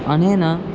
अनेन